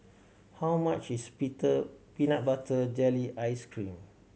how much is peanut butter jelly ice cream